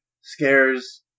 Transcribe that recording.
scares